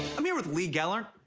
i'm here with lee gelernt.